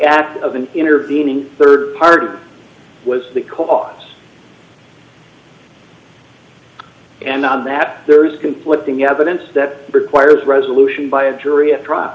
act of an intervening rd party was the cause and on that there is conflicting evidence that requires resolution by a jury at trial